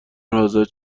ازت